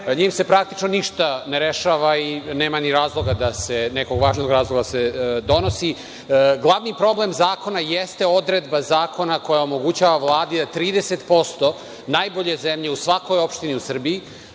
njim se praktično ništa ne rešava i nema nekog važnog razloga da se donosi. Glavni problem zakona jeste odredba zakona koja omogućava Vladi da 30% najbolje zemlje u svakoj opštini u Srbiji